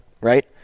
Right